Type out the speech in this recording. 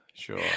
sure